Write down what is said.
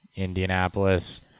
Indianapolis